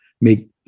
make